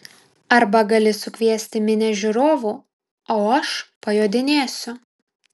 arba gali sukviesti minią žiūrovų o aš pajodinėsiu